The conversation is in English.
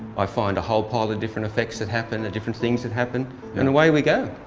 i find a whole pile of different effects that happen, different things that happen and away we go.